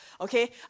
okay